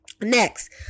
Next